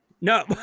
No